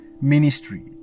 ministry